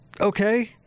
Okay